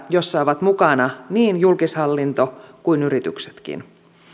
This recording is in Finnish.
joissa ovat mukana niin julkishallinto kuin yrityksetkin